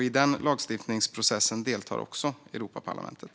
I lagstiftningsprocessen deltar också Europaparlamentet.